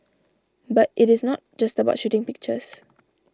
but it is not just about shooting pictures